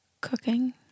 cooking